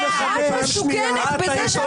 אפרת,